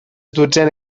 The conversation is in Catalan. dotzena